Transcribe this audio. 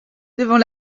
devant